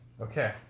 Okay